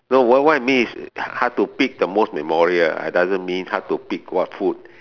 no what what I mean is hard to pick the most memorable I doesn't mean hard to pick what food